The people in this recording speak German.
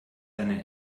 eine